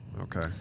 Okay